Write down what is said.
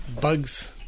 Bugs